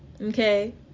okay